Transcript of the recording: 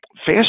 Fast